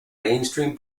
mainstream